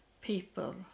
people